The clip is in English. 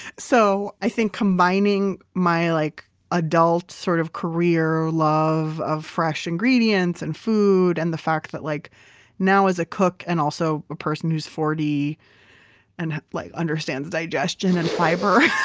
so i think combining my like adult sort of career love of fresh ingredients and food and the fact that like now as a cook and also a person who's forty and like understands digestion and fiber